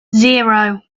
zero